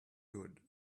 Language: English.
good